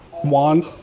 One